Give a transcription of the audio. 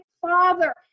father